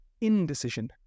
indecision